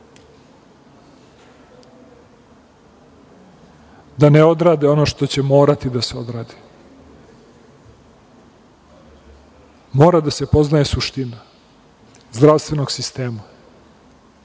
da ne odrade ono što će morati da se odradi. Mora da se poznaje suština zdravstvenog sistema,